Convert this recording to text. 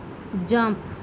jump